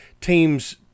teams